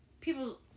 people